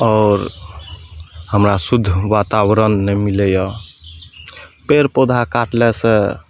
आओर हमरा शुद्ध वातावरण नहि मिलैए पौधा काटलासँ